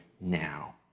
now